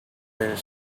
deer